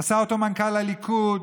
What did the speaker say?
עשה אותו מנכ"ל הליכוד,